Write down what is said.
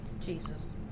Jesus